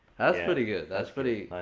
pretty good, that's pretty.